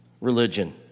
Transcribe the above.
religion